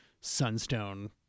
sunstone